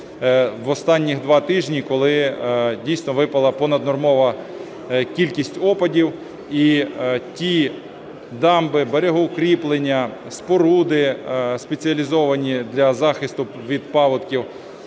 в останні два тижні, коли дійсно випала понаднормова кількість опадів, і ті дамби, берегоукріплення, споруди спеціалізовані для захисту від паводків,